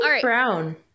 brown